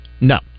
no